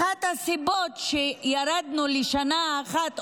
אחת הסיבות שירדנו לשנה אחת,